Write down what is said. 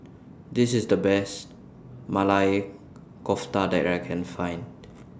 This IS The Best Maili Kofta that I Can Find